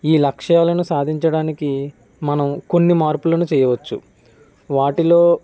ఈ లక్ష్యాలను సాధించడానికి మనం కొన్ని మార్పులను చేయవచ్చు వాటిలో